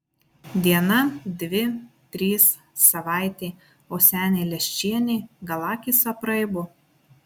diena dvi trys savaitė o senė leščienė gal akys apraibo